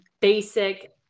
basic